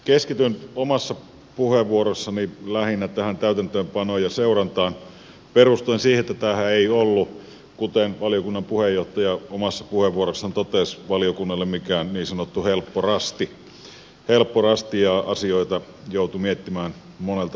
keskityn omassa puheenvuorossani lähinnä tähän täytäntöönpanoon ja seurantaan perustuen siihen että tämähän ei ollut kuten valiokunnan puheenjohtaja omassa puheenvuorossaan totesi valiokunnalle mikään niin sanottu helppo rasti ja asioita joutui miettimään monelta suunnalta